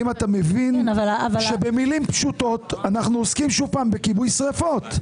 האם אתה מבין שבמילים פשוטות אנחנו עוסקים שוב פעם בכיבוי שריפות,